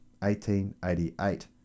1888